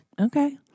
Okay